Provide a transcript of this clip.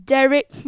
Derek